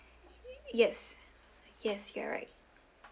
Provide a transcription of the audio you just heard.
yes yes you are right